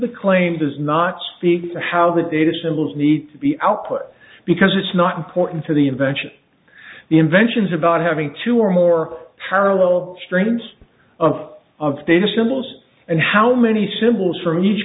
the claim does not speak to how the data symbols need to be output because it's not important to the invention the inventions about having two or more parallel streams of of data symbols and how many symbols from each